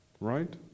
Right